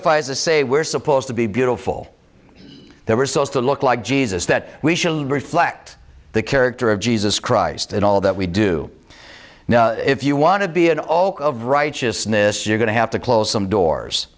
to say we're supposed to be beautiful they were supposed to look like jesus that we should reflect the character of jesus christ and all that we do now if you want to be in all of righteousness you're going to have to close some doors